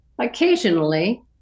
Occasionally